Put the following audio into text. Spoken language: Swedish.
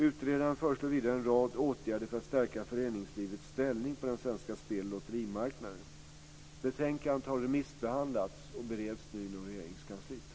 Utredaren föreslår vidare en rad åtgärder för att stärka föreningslivets ställning på den svenska speloch lotterimarknaden. Betänkandet har remissbehandlats och bereds nu inom Regeringskansliet.